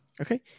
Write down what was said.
Okay